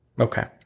Okay